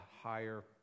higher